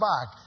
back